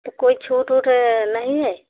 तो कोई छूट ऊट नहीं है